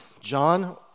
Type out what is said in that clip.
John